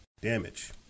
damage